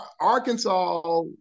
Arkansas